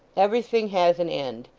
everything has an end.